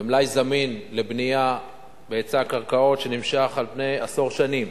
ומלאי זמין לבנייה בהיצע הקרקעות שנמשך על פני עשור שנים,